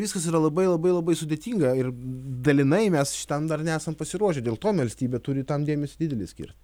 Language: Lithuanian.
viskas yra labai labai labai sudėtinga ir dalinai mes šitam dar nesam pasiruošę dėl to valstybė turi tam dėmesį didelį skirt